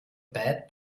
bad